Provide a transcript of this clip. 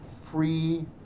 free